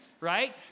Right